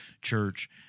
church